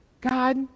God